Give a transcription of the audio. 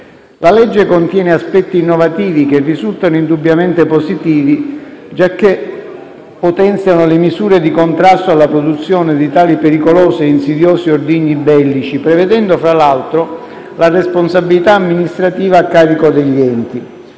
La legge contiene aspetti innovativi, che risultano indubbiamente positivi giacché potenziano le misure di contrasto alla produzione di tali pericolosi e insidiosi ordigni bellici, prevedendo, tra l'altro, la responsabilità amministrativa a carico degli enti.